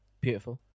Beautiful